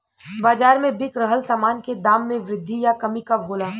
बाज़ार में बिक रहल सामान के दाम में वृद्धि या कमी कब होला?